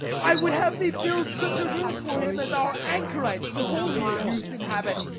i would have thee build such a room for him as our anchorites to holier use inhabit.